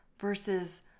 versus